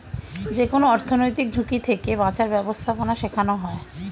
যেকোনো অর্থনৈতিক ঝুঁকি থেকে বাঁচার ব্যাবস্থাপনা শেখানো হয়